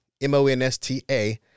M-O-N-S-T-A